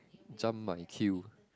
jump my queue